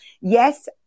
Yes